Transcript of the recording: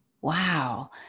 wow